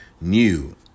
new